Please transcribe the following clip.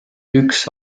üks